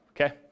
okay